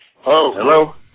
Hello